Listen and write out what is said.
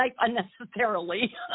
unnecessarily